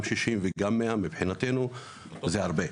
מבחינתנו, גם 60 וגם 100 זה הרבה.